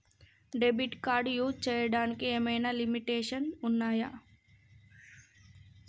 Debit card use చేయడానికి ఏమైనా limitations ఉన్నాయా?